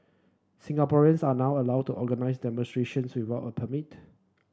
Singaporeans are now allowed to organise demonstrations without a permit